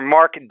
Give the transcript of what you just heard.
Mark